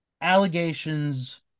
allegations